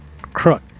crook